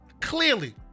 Clearly